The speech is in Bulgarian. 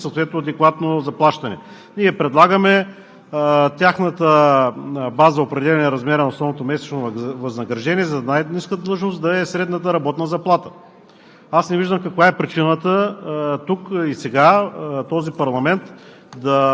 и отговаря на условията на труд, които те полагат, и да получат съответно адекватно заплащане. Ние предлагаме тяхната база – определения размер на основното месечно възнаграждение за най-ниска длъжност да е средната работна заплата.